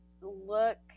look